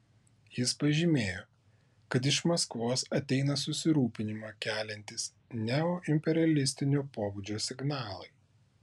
jis pažymėjo kad iš maskvos ateina susirūpinimą keliantys neoimperialistinio pobūdžio signalai